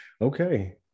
Okay